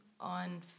on